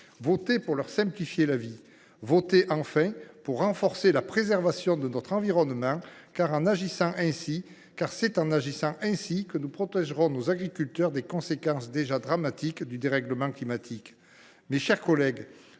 voter pour leur simplifier la vie ; voter, enfin, pour renforcer la préservation de notre environnement, car c’est en agissant ainsi que nous protégerons nos agriculteurs des conséquences déjà dramatiques du dérèglement climatique. Mes chers collègues,